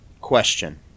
Question